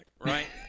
right